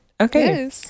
okay